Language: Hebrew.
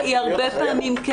היא הרבה פעמים כן.